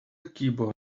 keyboard